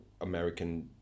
American